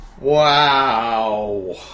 Wow